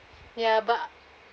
ya but a~